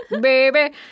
Baby